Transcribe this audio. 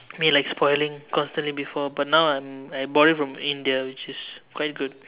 mean like spoiling constantly before but now I I bought it from India which is quite good